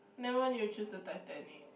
then why did you choose to titanic